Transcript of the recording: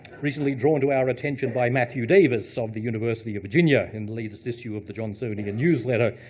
recently drawn to our attention by matthew davis of the university of virginia in the latest issue of the johnsonian newsletter.